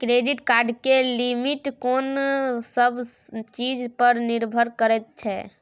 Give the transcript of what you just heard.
Credit card के limit कोन सब चीज पर निर्भर करै छै?